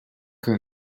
que